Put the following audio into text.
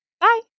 Bye